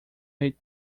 ate